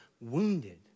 wounded